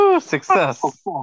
success